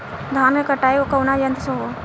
धान क कटाई कउना यंत्र से हो?